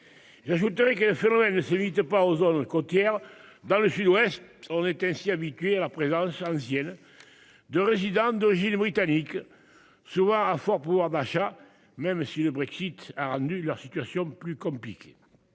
J'ajouterai que le phénomène ne se limite pas aux zones côtières dans le Sud-Ouest on était si habitué à la présence ancienne. De résidents d'origine britannique. Soit à fort pouvoir d'achat. Même si le Brexit a rendu leur situation plus compliquée.